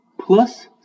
plus